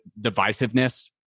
divisiveness